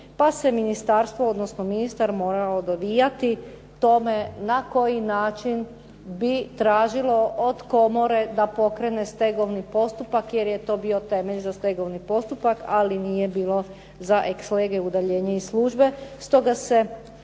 pa se ministarstvo, odnosno ministar morao dovijati tome na koji način bi tražilo od komore da pokrene stegovni postupak jer je to bio temelj za stegovni postupak ali nije bilo za ex lege udaljenje iz službe.